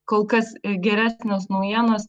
kol kas geresnės naujienos